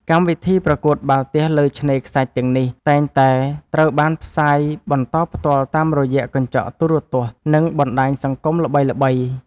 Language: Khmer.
កម្មវិធីប្រកួតបាល់ទះលើឆ្នេរខ្សាច់ទាំងនេះ តែងតែត្រូវបានផ្សាយបន្តផ្ទាល់តាមរយៈកញ្ចក់ទូរទស្សន៍ និងបណ្ដាញសង្គមល្បីៗ។